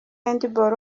handball